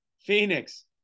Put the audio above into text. Phoenix